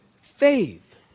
faith